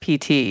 PT